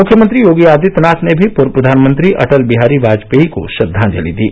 मुख्यमंत्री योगी आदित्यनाथ ने भी पूर्व प्रधानमंत्री अटल बिहारी वाजपेयी को श्रद्वांजलि दी